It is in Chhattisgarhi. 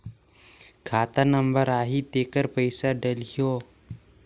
खाता नंबर आही तेकर पइसा डलहीओ?